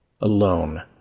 Alone